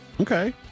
Okay